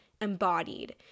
embodied